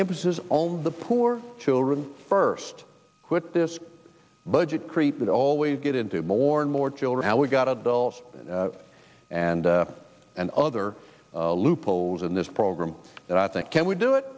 emphasis on the poor children first quit this budget creep it always get into more and more children how we got adults and and other loopholes in this program and i think can we do it